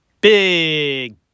Big